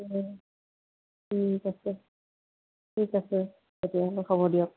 ঠিক আছে ঠিক আছে তেতিয়াহ'লে খবৰ দিব